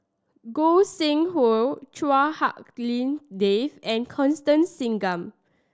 Gog Sing Hooi Chua Hak Lien Dave and Constance Singam